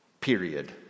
Period